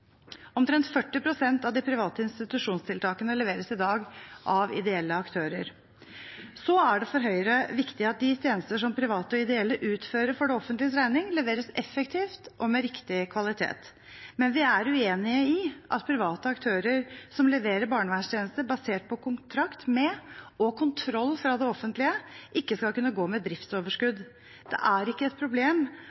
Omtrent 40 pst. av de private institusjonstiltakene leveres i dag av ideelle aktører. Så er det for Høyre viktig at de tjenester som private og ideelle utfører for det offentliges regning, leveres effektivt og med riktig kvalitet. Men vi er uenig i at private aktører som leverer barnevernstjenester basert på kontrakt med og kontroll fra det offentlige, ikke skal kunne gå med